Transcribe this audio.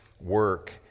work